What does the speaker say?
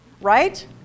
right